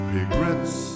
Regrets